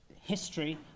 history